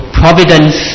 providence